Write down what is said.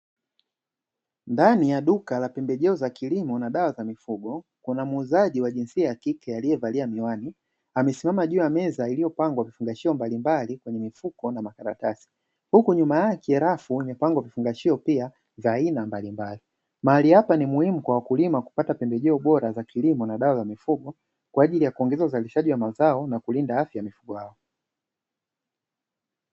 Ndani ya duka la pembejeo za kilimo na dawa za mifugo kuna muuzaji wa jinsia ya kike aliyevalia miwani, amesimama juu ya meza iliyopangwa vifungashio mbalimbali kwenye mifuko na makaratasi. Huko nyuma yake, rafu yamepangwa vifungashio pia vya aina mbalimbali. Mahali hapa ni muhimu kwa wakulima kupata pembejeo bora za kilimo na dawa za mifugo kwa ajili ya kuongeza uzalishaji wa mazao na kulinda afya ya mifugo yao."